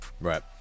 right